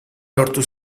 lortu